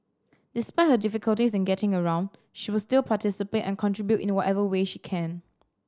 despite her difficulties in getting around she will still participate and contribute in whatever way she can